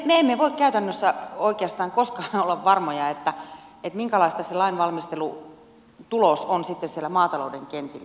me emme voi käytännössä oikeastaan koskaan olla varmoja minkälainen se lainvalmistelutulos on sitten siellä maatalouden kentillä